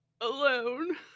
Alone